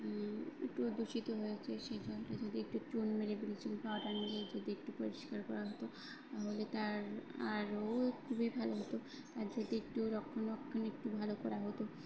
একটু দূষিত হয়েছে সেই জলটা যদি একটু চুন মেরে ব্লিচিং পাউডার মেরে যদি একটু পরিষ্কার করা হতো তাহলে তার আরও খুবই ভালো হতো তার যদি একটু রক্ষণাবেক্ষণ একটু ভালো করা হতো